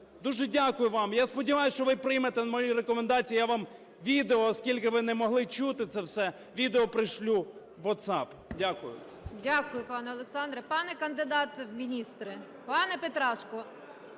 Дуже дякую вам. І я сподіваюся, що ви приймете мої рекомендації. Я вам відео, оскільки ви не могли чути це все, відео пришлю в WhatsApp. Дякую. ГОЛОВУЮЧИЙ. Дякую, пане Олександре. Пане кандидат в міністрі! Пане Петрашко!